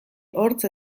hortz